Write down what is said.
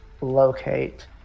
locate